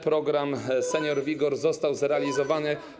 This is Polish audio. Program ˝Senior-WIGOR˝ został zrealizowany.